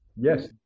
yes